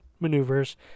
maneuvers